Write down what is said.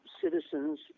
citizens